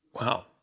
Wow